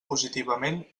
positivament